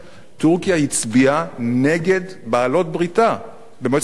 טורקיה הצביעה נגד בעלות-בריתה במועצת הביטחון,